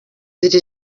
iki